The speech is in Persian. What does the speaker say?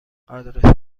آدرس